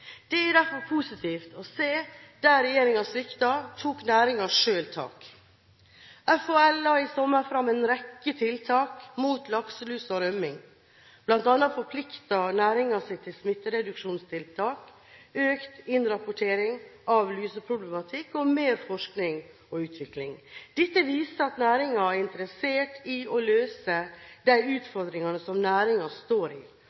Det er derfor positivt å se at der regjeringen sviktet, tok næringen selv tak. Fiskeri- og havbruksnæringens landsforening, FHL, la i sommer fram en rekke tiltak mot lakselus og rømning. Blant annet forplikter næringen seg til smittereduksjonstiltak, økt innrapportering av luseproblematikk og mer forskning og utvikling. Dette viser at næringen er interessert i å løse de utfordringene som næringen står i,